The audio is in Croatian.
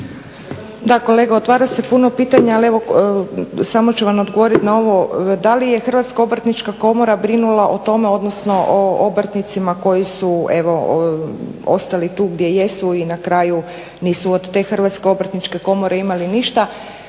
Da kolega, otvara se puno pitanja, ali evo samo ću vam odgovorit na ovo, da li je Hrvatska obrtnička komora brinula o tome, odnosno o obrtnicima koji su evo ostali tu gdje jesu i na kraju nisu od te Hrvatske obrtničke komore imali ništa.